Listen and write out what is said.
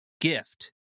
gift